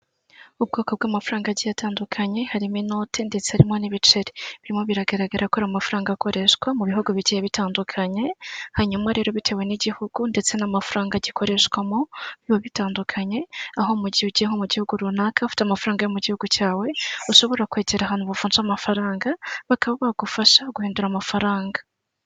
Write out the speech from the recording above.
Ibwoko bw'amafaranga agiye atandukanye harimo inote ndetse harimo n'ibiceri, birimo biragaragara ko ari amafaranga akoreshwa mu bihugu bigiye bitandukanye hanyuma rero bitewe n'igihugu ndetse n'amafaranga gikoresha mu biba bitandukanye aho mu gihe ugiyeho mu gihugu runaka ufite amafaranga yo mu gihugu cyawe ushobora kwagera ahantu bavunja amafaranga bakaba bagufasha guhindura amafaranga.